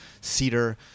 cedar